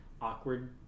awkward